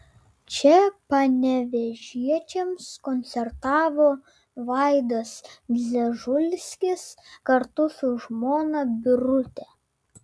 čia panevėžiečiams koncertavo vaidas dzežulskis kartu su žmona birute